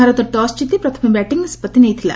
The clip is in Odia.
ଭାରତ ଟସ୍ ଜିତି ପ୍ରଥମେ ବ୍ୟାଟିଂ ନିଷ୍ପଭି ନେଇଥିଲା